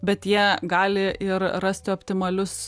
bet jie gali ir rasti optimalius